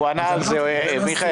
הוא ענה על זה, מיכאל.